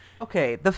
Okay